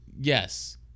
Yes